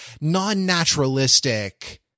non-naturalistic